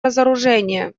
разоружения